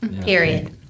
Period